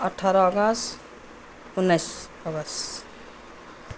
अठार अगस्त उन्नाइस अगस्त